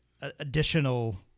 additional